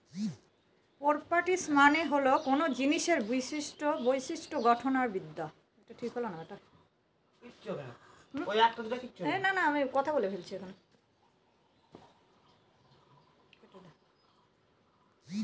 properties মানে হল কোনো জিনিসের বিশিষ্ট্য গঠন আর বিদ্যা